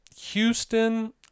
Houston